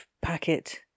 packet